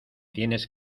tienes